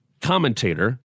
commentator